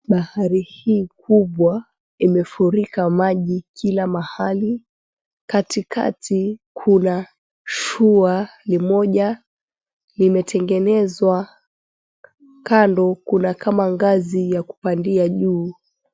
Bahari hii kubwa imefurika maji kila mahali. Katikati kuna shua limoja limetengenezwa. Kando kuna kama ngazi ya kupandia juu.